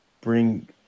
bring